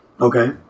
Okay